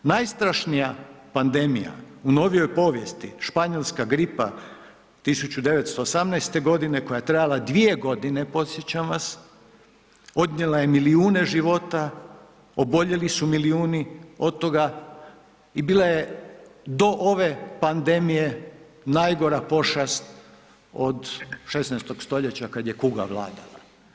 Najstrašnija pandemija u novijoj povijesti španjolska gripa 1918.g. koja je trajala 2.g. podsjećam vas, odnijela je milijune života, oboljeli su milijuni od toga i bila je do ove pandemije najgora pošast od 16. stoljeća kad je kuga vladala.